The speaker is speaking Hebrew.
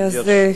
אוקיי.